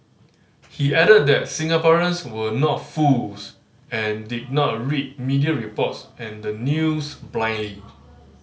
he added that Singaporeans were not fools and did not read media reports and the news blindly